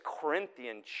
Corinthian